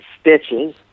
stitches